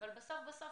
אבל בסוף-בסוף,